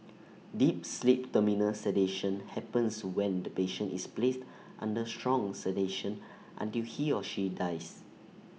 deep sleep terminal sedation happens when the patient is placed under strong sedation until he or she dies